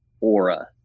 aura